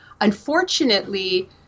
unfortunately